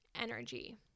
energy